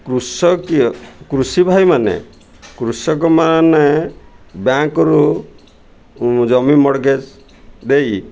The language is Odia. କୃଷକୀୟ କୃଷି ଭାଇମାନେ କୃଷକମାନେ ବ୍ୟାଙ୍କ୍ରୁ ଜମି ମଡ଼୍ଗେଜ୍ ଦେଇ